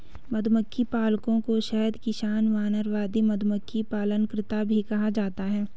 मधुमक्खी पालकों को शहद किसान, वानरवादी, मधुमक्खी पालनकर्ता भी कहा जाता है